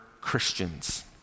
Christians